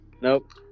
Nope